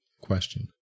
question